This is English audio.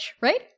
right